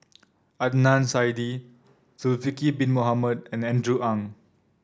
Adnan Saidi Zulkifli Bin Mohamed and Andrew Ang